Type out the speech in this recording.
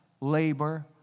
labor